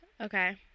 Okay